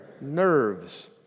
nerves